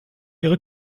ihre